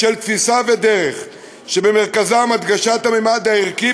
של תפיסה ודרך שבמרכזן הדגשת הממד הערכי